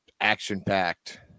action-packed